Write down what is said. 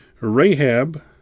Rahab